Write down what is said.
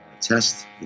test